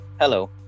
hello